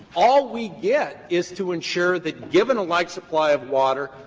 all we get is to ensure that given a like supply of water,